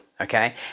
Okay